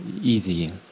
easy